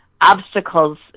obstacles